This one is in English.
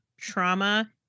trauma